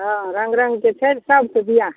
हँ रङ्ग रङ्गके छै सबके बिआ